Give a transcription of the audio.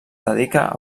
dedica